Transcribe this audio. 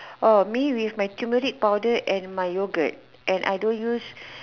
oh me with my turmeric power and my yogurt and I don't use